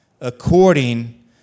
according